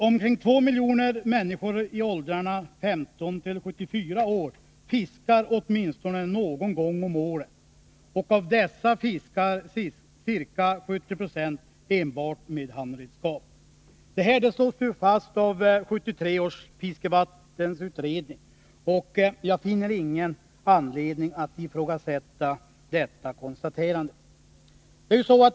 Omkring två miljoner människor i åldrarna 15-74 år fiskar åtminstone någon gång om året, och av dessa fiskar ca 70 Io enbart med handredskap. Detta slås fast av 1973 års fiskevattensutredning, och jag finner ingen anledning att ifrågasätta detta konstaterande.